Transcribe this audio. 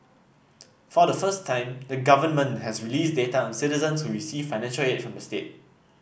for the first time the government has released data on citizens who receive financial aid from the state